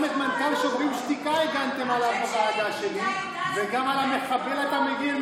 גם על מנכ"ל שוברים שתיקה הגנתם בוועדה שלי וגם על המחבל אתה מגן,